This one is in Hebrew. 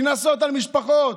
וקנסות על משפחות.